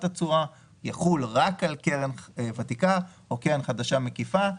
התשואה כך שיחול רק על קרן ותיקה או קרן חדשה מקיפה.